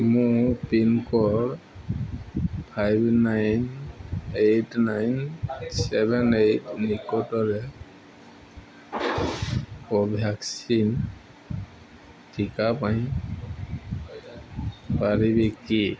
ମୋ pincode five nine eight nine seven eight ନିକଟରେ Covaxin ଟିକା ପାଇପାରିବି କି